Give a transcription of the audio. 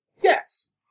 yes